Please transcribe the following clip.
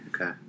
Okay